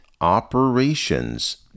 operations